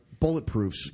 bulletproofs